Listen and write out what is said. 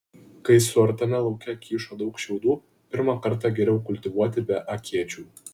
kai suartame lauke kyšo daug šiaudų pirmą kartą geriau kultivuoti be akėčių